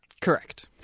Correct